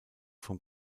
vom